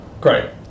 Great